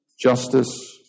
justice